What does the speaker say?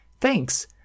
thanks